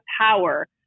power